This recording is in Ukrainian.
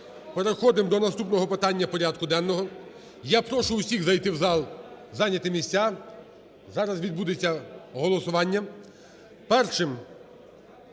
переходимо до наступного питання порядку денного. Я прошу усіх зайти в зал, зайняти місця. Зараз відбудеться голосування.